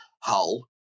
Hull